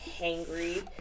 hangry